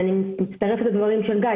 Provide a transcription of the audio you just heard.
אני מצטרפת לדברים של גיא,